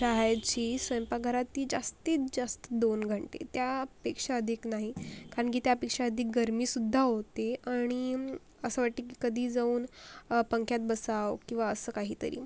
रहायची स्वयंपाकघरात ती जास्तीत जास्त दोन घंटे त्यापेक्षा अधिक नाही कारण की त्यापेक्षा अधिक गर्मीसुद्धा होते आणि असं वाटतं की कधी जाऊन पंख्यात बसावं किंवा असं काहीतरी